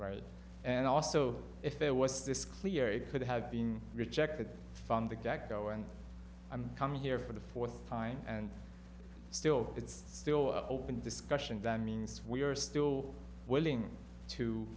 right and also if there was this clear it could have been rejected from the get go and i'm coming here for the fourth time and still it's still an open discussion that means we are still willing to